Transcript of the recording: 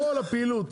כל הפעילות.